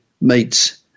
meets